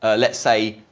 ah let's say,